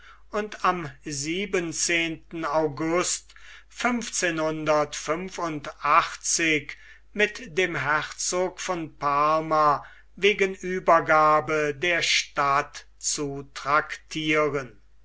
und am siebenzehnten august mit dem herzog von parma wegen uebergabe der stadt zu traktieren